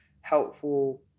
helpful